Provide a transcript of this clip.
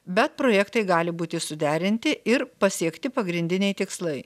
bet projektai gali būti suderinti ir pasiekti pagrindiniai tikslai